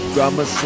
Drama